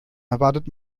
erwartet